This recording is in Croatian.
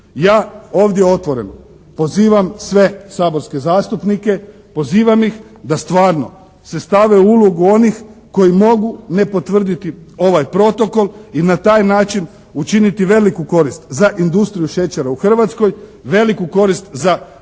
Ja ovdje otvoreno pozivam sve saborske zastupnike, pozivam ih da stvarno se stave u ulogu onih koji mogu ne potvrditi ovaj protokol i na taj način učiniti veliku korist za industriju šećera u Hrvatskoj, veliku korist za